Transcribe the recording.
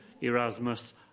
Erasmus